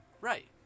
Right